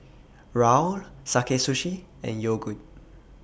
Raoul Sakae Sushi and Yogood